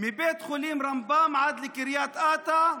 מבית חולים רמב"ם עד לקריית אתא,